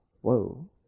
Whoa